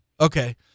Okay